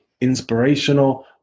inspirational